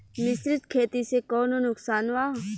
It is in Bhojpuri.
मिश्रित खेती से कौनो नुकसान वा?